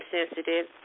insensitive